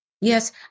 Yes